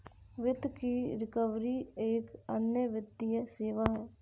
वित्त की रिकवरी एक अन्य वित्तीय सेवा है